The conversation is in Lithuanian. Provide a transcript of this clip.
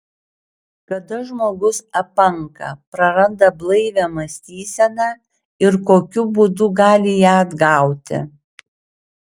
kada žmogus apanka praranda blaivią mąstyseną ir kokiu būdu gali ją atgauti